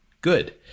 good